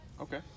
okay